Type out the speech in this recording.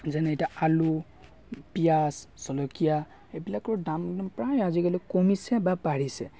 যেনে এতিয়া আলু পিঁয়াজ জলকীয়া এইবিলাকৰ দাম একদম প্ৰায় আজিকালি কমিছে বা বাঢ়িছে